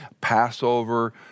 Passover